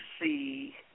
see